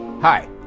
Hi